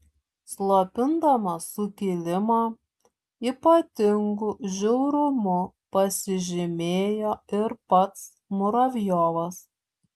slopindamas sukilimą ypatingu žiaurumu pasižymėjo ir pats muravjovas